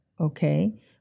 okay